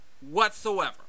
whatsoever